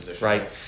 right